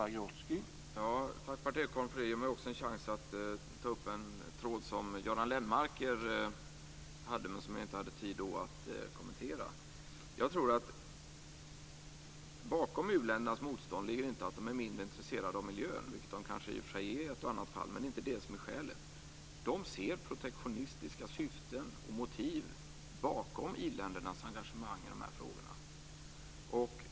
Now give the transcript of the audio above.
Herr talman! Tack för den frågan, Berndt Ekholm! Det ger mig chansen att ta upp en tråd som Göran Lennmarker också hade men som jag inte hade tid att kommentera då. Jag tror att bakom u-ländernas motstånd inte ligger att de är mindre intresserade av miljön - vilket de i och för sig i ett eller annat fall kan vara. De ser protektionistiska syften och motiv bakom i-ländernas engagemang i de här frågorna.